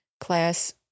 class